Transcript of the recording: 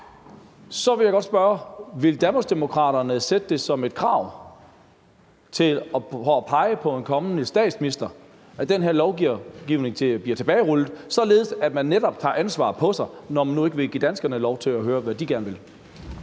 Så vil jeg godt spørge: Vil Danmarksdemokraterne stille det som et krav for at pege på en kommende statsminister, at den her lovgivning bliver tilbagerullet, således at man netop tager ansvar på sig, når man nu ikke vil give danskerne lov til at sige, hvad de gerne vil?